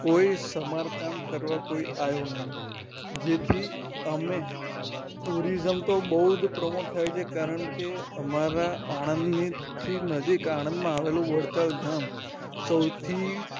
કોઈ સમારકામ કરવા કોઈ આવ્યો નહીં જેથી અમે ટુરીઝમ તો બહુ જ પ્રમોટ થાય છે કારણ કે અમારા આણંદની થી નજીક આણંદમાં આવેલું વડતાલ ધામ સૌથી